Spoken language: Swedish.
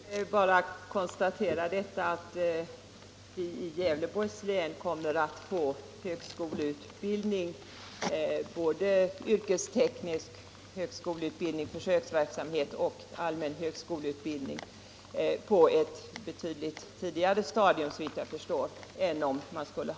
Herr talman! Jag vill bara konstatera att vi i Gävleborgs län kommer att få både högskoleutbildning och försöksverksamhet med yrkesteknisk högskoleutbildning på ett betydligt tidigare stadium än om utskottet hade följt propositionen och regeringens linje.